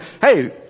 hey